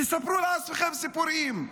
תספרו לעצמכם סיפורים.